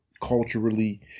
culturally